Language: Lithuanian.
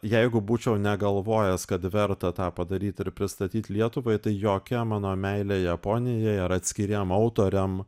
jeigu būčiau negalvojęs kad verta tą padaryti ir pristatyt lietuvai tai jokia mano meilė japonijai ar atskiriem autoriam